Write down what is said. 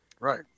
Right